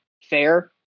fair